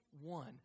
one